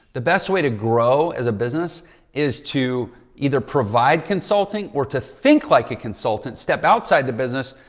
the best way to grow as a business is to either provide consulting or to think like a consultant step outside the business.